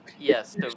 Yes